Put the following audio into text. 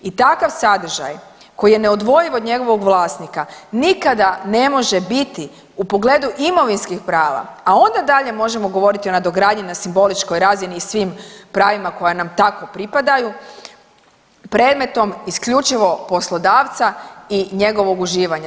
I takav sadržaj koji je neodvojiv od njegovog vlasnika nikada ne može biti u pogledu imovinskih prava, a ona dalje možemo govoriti o nadogradnji na simboličkoj razini i svim pravima koja nam tako pripadaju predmetom isključivo poslodavca i njegovog uživanja.